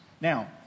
Now